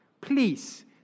please